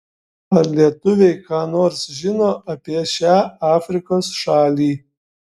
ar lietuviai ką nors žino apie šią afrikos šalį